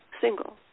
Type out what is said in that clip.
single